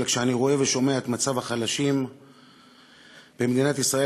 אבל כשאני רואה ושומע את מצב החלשים במדינת ישראל,